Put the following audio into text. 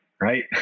right